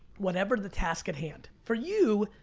whatever the task at hand. for you,